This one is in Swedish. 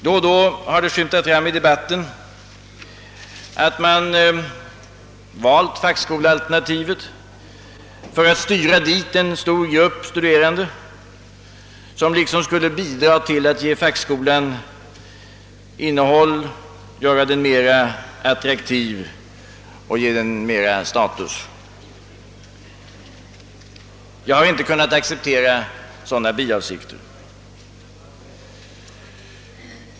Då och då har det skymtat fram i debatten att man valt fackskolealternativet för att styra dit en stor grupp studerande, som liksom skulle bidra till att ge fackskolan innehåll, göra den mera attraktiv och ge den mera status. Jag har inte kunnat acceptera sådana biavsikter.